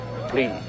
Please